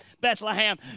Bethlehem